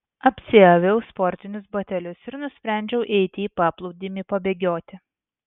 apsiaviau sportinius batelius ir nusprendžiau eiti į paplūdimį pabėgioti